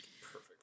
Perfect